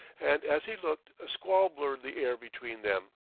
and as he looked a squall blurred the air between them,